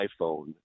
iPhone